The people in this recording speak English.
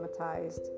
traumatized